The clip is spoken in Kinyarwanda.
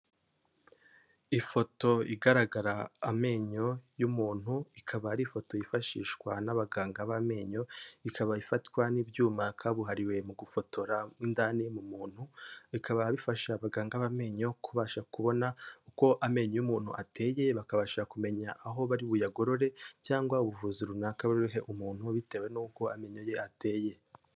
Ifoto igaragara amenyo y'umuntu ikaba ari ifoto yifashishwa n'abaganga b'amenyo, ikaba ifatwa n'ibyuma kabuhariwe mu gufotora mo indani mu muntu, bikaba bifasha abaganga b'amenyo kubasha kubona uko amenyo y'umuntu ateye bakabasha kumenya aho bari buyagorore cyangwa ubuvuzi runaka bari buhe umuntu bitewe n'uko amenyo ye ateye.